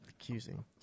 Accusing